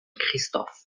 christophe